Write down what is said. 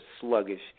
sluggish